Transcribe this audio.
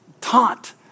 taught